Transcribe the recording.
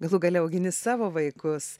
galų gale augini savo vaikus